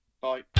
Bye